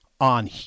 on